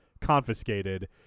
confiscated